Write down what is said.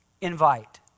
Invite